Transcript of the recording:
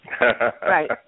Right